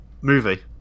movie